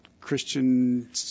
Christian